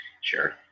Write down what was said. Sure